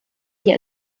die